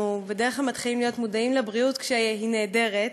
אנחנו בדרך כלל מתחילים להיות מודעים לבריאות כשהיא נעדרת.